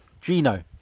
Gino